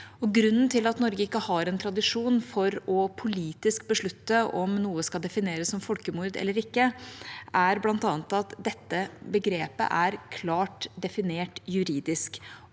Grunnen til at Norge ikke har en tradisjon for politisk å beslutte om noe skal defineres som folkemord eller ikke, er bl.a. at dette begrepet er klart definert juridisk, og